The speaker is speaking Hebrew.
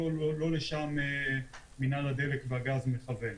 לא לשם מינהל הדלק והגז מכוונים.